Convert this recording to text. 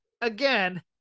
again